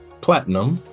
platinum